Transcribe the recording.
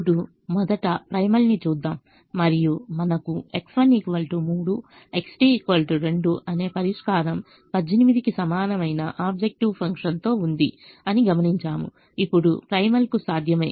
ఇప్పుడు మొదట ప్రైమల్ని చూద్దాం మరియు మనకు X1 3 X2 2 అనే పరిష్కారం 18 కి సమానమైన ఆబ్జెక్టివ్ ఫంక్షన్తో ఉంది అని గమనించాము ఇది ప్రైమల్కు సాధ్యమే